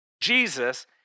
Jesus